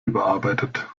überarbeitet